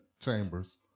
chambers